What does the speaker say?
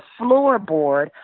floorboard